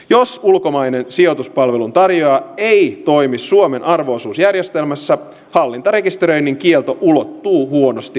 jos ulkomainen sijoituspalvelun tarjoaja ei toimi suomen arvo osuusjärjestelmässä hallintarekisteröinnin kielto ulottuu huonosti ulkomaille